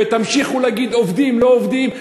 ותמשיכו להגיד: עובדים, לא עובדים.